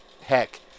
heck